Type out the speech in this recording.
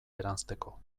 eranzteko